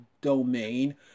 domain